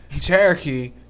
Cherokee